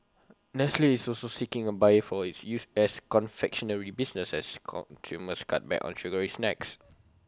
nestle is also seeking A buyer for its U S confectionery business as consumers cut back on sugary snacks